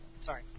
Sorry